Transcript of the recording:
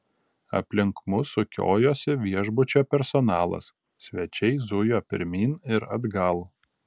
aplink mus sukiojosi viešbučio personalas svečiai zujo pirmyn ir atgal